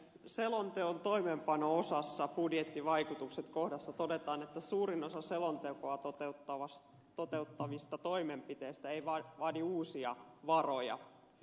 selonteon toimeenpano osassa budjettivaikutukset kohdassa todetaan että suurin osa selontekoa toteuttavista toimenpiteistä ei vaadi uusia varoja